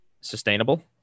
sustainable